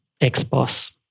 ex-boss